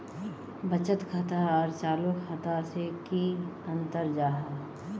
बचत खाता आर चालू खाता से की अंतर जाहा?